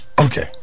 Okay